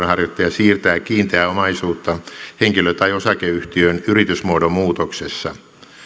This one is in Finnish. siirtää kiinteää omaisuuttaan henkilö tai osakeyhtiön yritysmuodon muutoksessa